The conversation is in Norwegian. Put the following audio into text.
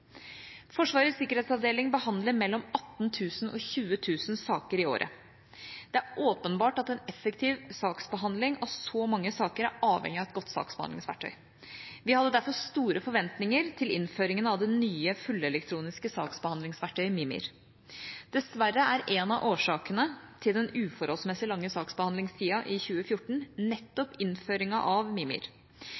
Forsvarets sikkerhetsavdeling behandler mellom 18 000 og 20 000 saker i året. Det er åpenbart at en effektiv saksbehandling av så mange saker er avhengig av et godt saksbehandlingsverktøy. Vi hadde derfor store forventninger til innføringa av det nye fullelektroniske saksbehandlingsverktøyet Mimir. Dessverre er en av årsakene til den uforholdsmessig lange saksbehandlingstida i 2014 nettopp innføringa av Mimir.